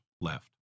left